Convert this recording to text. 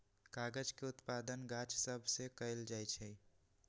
कागज के उत्पादन गाछ सभ से कएल जाइ छइ